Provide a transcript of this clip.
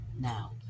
Now